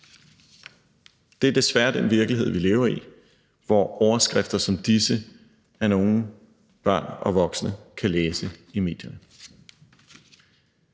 Det er desværre den virkelighed, vi lever i, hvor overskrifter som disse er nogle, børn og voksne kan læse i medierne.